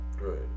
Right